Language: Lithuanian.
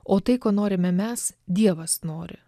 o tai ko norime mes dievas nori